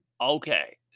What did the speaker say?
okay